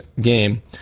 game